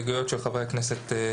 הסתייגויות הבאות הן של חברי הכנסת קיש,